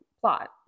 plot